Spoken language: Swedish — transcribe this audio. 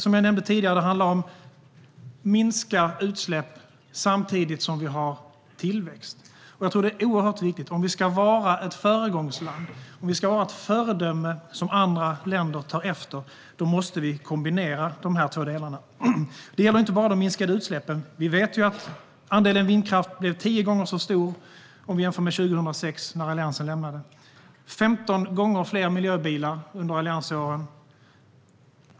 Som jag nämnde tidigare handlar det om att minska utsläpp samtidigt som vi har tillväxt. Jag tror att det är oerhört viktigt. Om vi ska vara ett föregångsland och ett föredöme som andra länder tar efter måste vi kombinera de här två delarna. Det gäller inte bara de minskade utsläppen. Vi vet att andelen vindkraft var tio gånger så stor när Alliansen lämnade regeringsmakten jämfört med 2006. Det blev 15 gånger fler miljöbilar under alliansåren.